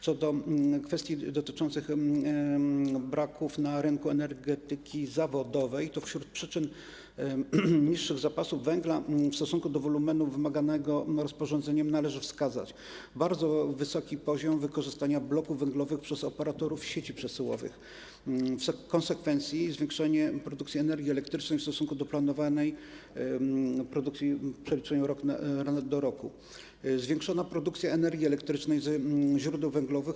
Co do kwestii dotyczących braków na rynku energetyki węglowej, to wśród przyczyn niższych zapasów węgla w stosunku do wolumenu wymaganego rozporządzeniem należy wskazać bardzo wysoki poziom wykorzystania bloków węglowych przez operatorów sieci przesyłowych, a w konsekwencji zwiększenie produkcji energii elektrycznej w stosunku do planowanej produkcji w przeliczeniu rok do roku, zwiększoną produkcję energii elektrycznej ze źródeł węglowych.